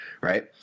Right